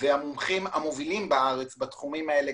והמומחים המובילים בארץ בתחומים האלה,